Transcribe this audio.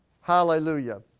Hallelujah